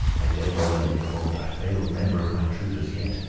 i dare well make avaunt, i failed never of my truth as yet.